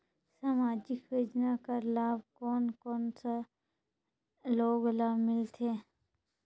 समाजिक योजना कर लाभ कोन कोन सा लोग ला मिलथे?